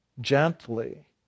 gently